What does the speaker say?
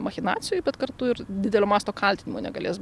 machinacijų bet kartu ir didelio masto kaltinimų negalės